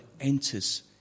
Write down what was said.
enters